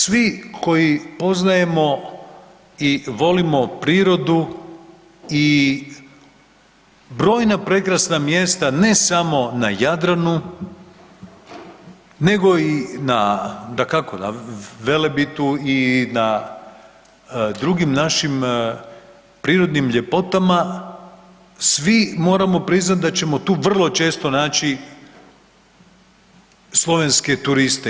Svi koji poznajemo i volimo prirodu i brojna prekrasna mjesta ne samo na Jadranu, nego i dakako na Velebitu i na drugim našim prirodnim ljepotama, svi moramo priznati da ćemo tu vrlo često naći slovenske turiste.